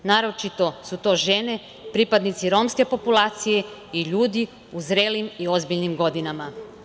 Naročito su to žene, pripadnici romske populacije i ljudi u zrelim i ozbiljnim godinama.